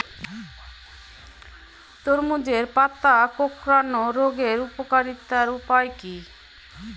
তরমুজের পাতা কোঁকড়ানো রোগের প্রতিকারের উপায় কী?